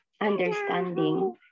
understanding